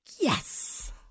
Yes